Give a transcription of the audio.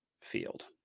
field